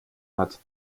hat